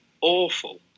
awful